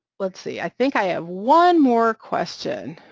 let's see i think i have one more question.